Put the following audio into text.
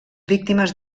víctimes